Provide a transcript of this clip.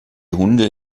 hunde